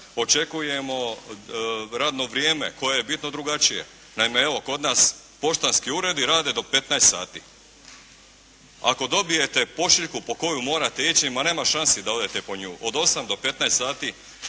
očekujemo radno vrijeme koje je bitno drugačije. Naime, evo kod nas poštanski uredi rade do 15 sati. Ako dobijete pošiljku po koju morate ići ma nema šanse da odete po nju, od 8 do 15 sati